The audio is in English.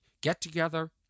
get-together